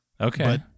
Okay